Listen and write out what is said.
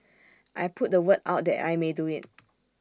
I put the word out that I may do IT